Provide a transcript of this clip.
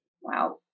Wow